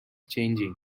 changing